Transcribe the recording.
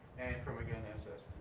and from again ssd.